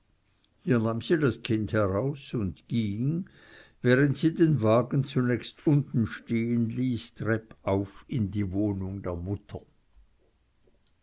das kind heraus und ging während sie den wagen zunächst unten stehenließ treppauf in die wohnung der mutter